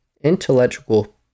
intellectual